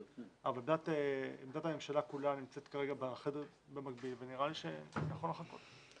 אבל עמדת הממשלה כולה נמצאת כרגע בחדר במקביל ונראה לי שנכון לחכות.